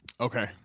Okay